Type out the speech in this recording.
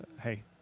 hey